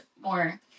more